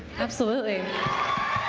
absolutely